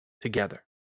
together